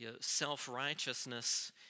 self-righteousness